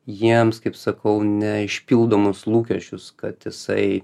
jiems kaip sakau neišpildomus lūkesčius kad jisai